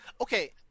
Okay